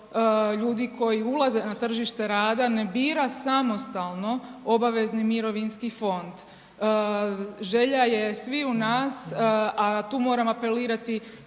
ljudi koji ulaze na tržište rada ne bira samostalno obavezni mirovinski fond. Želja je sviju nas, a tu moram apelirati